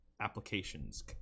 applications